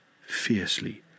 fiercely